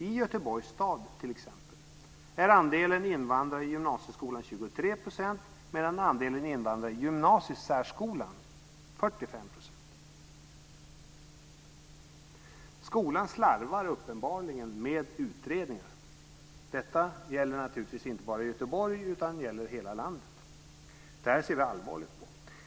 I Göteborgs stad är t.ex. andelen invandrare i gymnasieskolan 23 % medan andelen invandrare i gymnasiesärskolan är 45 %. Detta gäller naturligtvis inte bara i Göteborg utan i hela landet. Det ser vi allvarligt på.